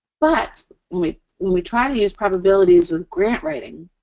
but when we when we try to use probabilities with grant writing,